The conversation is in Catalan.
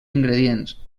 ingredients